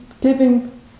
giving